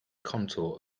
contour